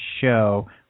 show